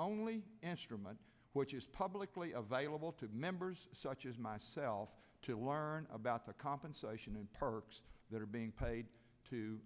only instrument which is publicly available to members such as myself to learn about the compensation in parks that are being paid to